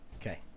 Okay